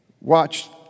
Watch